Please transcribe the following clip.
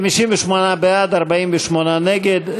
58 בעד, 48 נגד.